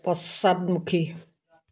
পশ্চাদমুখী